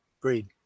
Agreed